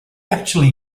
actually